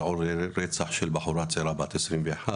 לעוד רצח של בחורה בת 21,